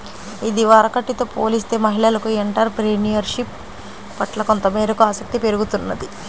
ఇదివరకటితో పోలిస్తే మహిళలకు ఎంటర్ ప్రెన్యూర్షిప్ పట్ల కొంతమేరకు ఆసక్తి పెరుగుతున్నది